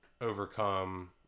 overcome